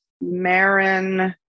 Marin